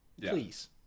Please